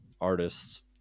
artists